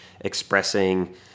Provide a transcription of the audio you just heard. expressing